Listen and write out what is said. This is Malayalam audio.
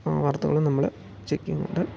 വാർത്തകളും നമ്മൾ ചെക്കിങ്ങ് ഉണ്ട്